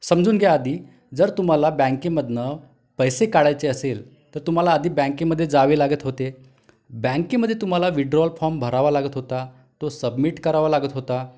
समजून घ्या आधी जर तुमाला बँकेमधून पैसे काढायचे असेल तर तुम्हाला आधी बँकेमध्ये जावे लागत होते बँकेमध्ये तुम्हाला विथड्रॉवल फॉर्म भरावा लागत होता तो सबमिट करावा लागत होता